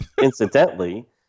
incidentally